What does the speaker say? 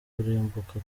kurimbuka